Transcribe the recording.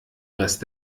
rest